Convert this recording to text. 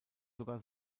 sogar